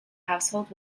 household